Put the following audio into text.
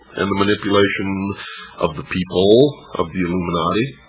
and the manipulation of the people of the illuminati,